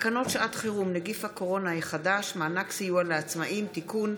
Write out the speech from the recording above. תקנות שעת חירום (נגיף קורונה החדש) (מענק סיוע לעצמאים) (תיקון),